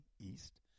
East